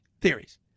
theories